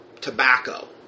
tobacco